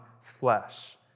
flesh